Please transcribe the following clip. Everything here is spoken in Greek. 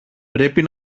πρέπει